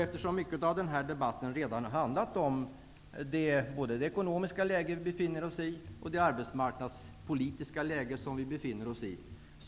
Eftersom mycket av denna debatt redan har handlat om både det ekonomiska läge och det arbetsmarknadspolitiska läge som vi befinner oss i,